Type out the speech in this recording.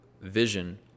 vision